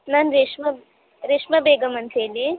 ನಾನು ರೇಷ್ಮಾ ರೇಷ್ಮಾ ಬೇಗಮ್ ಅಂತೇಳಿ